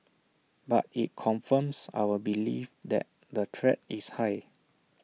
but IT confirms our belief that the threat is high